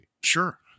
Sure